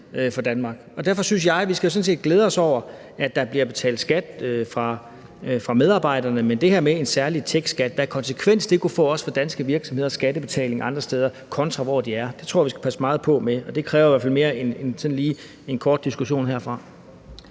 for Danmark. Derfor synes jeg jo sådan set, at vi skal glæde os over, at der bliver betalt skat af medarbejderne, men det her med en særlig techskat og den konsekvens, det også kunne få for danske virksomheders skattebetaling andre steder, hvor de nu er, tror jeg vi skal passe meget på med, og det kræver i hvert fald mere end sådan lige en kort diskussion herfra.